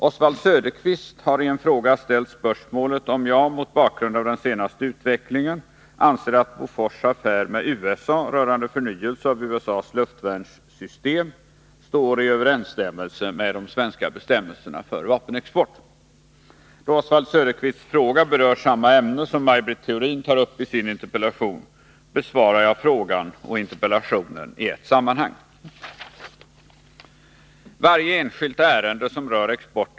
Oswald Söderqvist har i en fråga ställt spörsmålet om jag, mot bakgrund av den senaste utvecklingen, anser att Bofors affär med USA, rörande förnyelse av USA:s luftvärnssystem, står i överensstämmelse med de svenska bestämmelserna för vapenexport. Då Oswald Söderqvists fråga berör samma ämne som Maj Britt Theorin tar upp i sin interpellation, besvarar jag frågan och interpellationen i ett sammanhang.